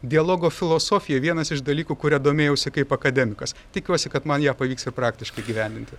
dialogo filosofija vienas iš dalykų kuria domėjausi kaip akademikas tikiuosi kad man ją pavyks ir praktiškai įgyvendinti